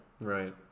Right